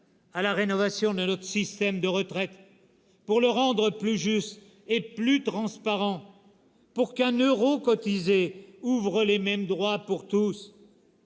à la rénovation de notre système de retraites, pour le rendre plus juste et plus transparent, pour qu'un euro cotisé ouvre les mêmes droits pour tous.